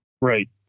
Right